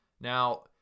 Now